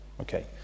okay